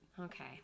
Okay